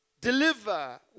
deliver